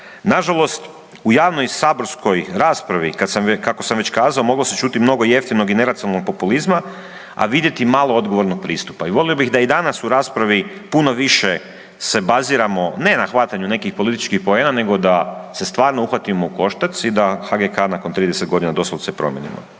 Nažalost u javnoj saborskoj raspravi kako sam već kazao moglo se čuti mnogo jeftinog i neracionalnog populizma, a vidjeti malo odgovornog pristupa. I volio bih da i danas u raspravi puno više se baziramo ne na hvatanju nekih političkih poena nego da se stvarno uhvatimo u koštac i da HGK nakon 30 godina doslovce promijenimo.